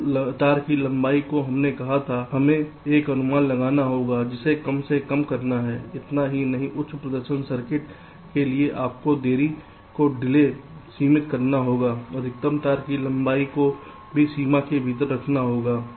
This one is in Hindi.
कुल तार की लंबाई जो हमने कहा था हमें एक अनुमान लगाना होगा जिसे कम से कम करना है इतना ही नहीं उच्च प्रदर्शन सर्किट के लिए आपको देरी को डिले सीमित करना होगा अधिकतम तार की लंबाई को भी सीमा के भीतर रखना होगा